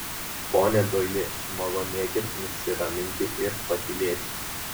pone doili malonėkit nusiraminti ir patylėti